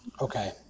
Okay